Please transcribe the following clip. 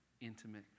Intimate